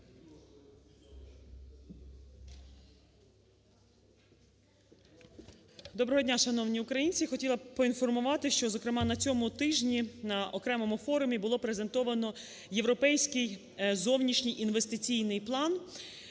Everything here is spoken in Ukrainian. Доброго дня, шановні українці. Хотіла б поінформувати, що, зокрема, на цьому тижні на окремому форумі було презентовано Європейський зовнішній інвестиційний план,